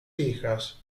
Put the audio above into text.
hijas